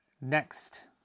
next